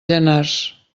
llanars